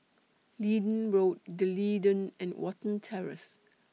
Leedon Road D'Leedon and Watten Terrace